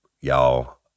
y'all